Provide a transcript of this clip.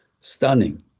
stunning